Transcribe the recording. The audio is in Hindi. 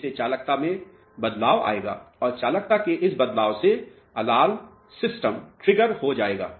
इससे चालकता में बदलाव आएगा और चालकता के इस बदलाव से अलार्म सिस्टम ट्रिगर हो जायेगा